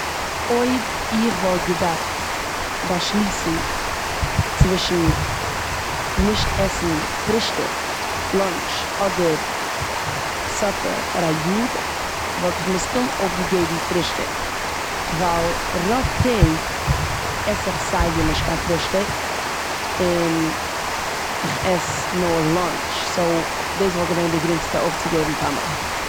אויב איך וואלט געדארפט באשליסן צווישן נישט עסן פרישטאג, לאנטש אדער סאפער פאר א יאר וואלט איך מסתמא אויפגעגעבן פרישטאג ווייל רוב טעג עס איך סייווי נישט קיין פרישטאג און איך עס נאר לאנטש סאו דאס וואלט געווען די גרינגסטע אויפציגעבן פאר מיך.